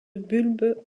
bulbes